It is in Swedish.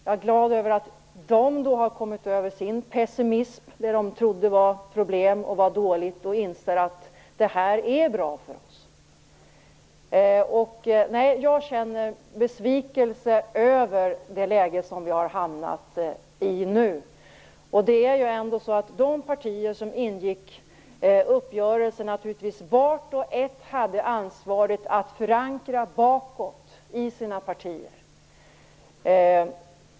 Jag är glad över att de har kommit över den pessimism som de känt inför vad de trodde var problem och dåligt och över att de inser att det här är bra för dem. Jag är dock besviken över det läge som vi nu har hamnat i. Vart och ett av de partier som ingick uppgörelsen hade naturligtvis ansvaret att förankra bakåt i sina partier.